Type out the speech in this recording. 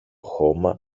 χώμα